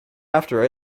after